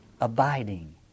Abiding